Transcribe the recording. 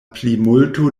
plimulto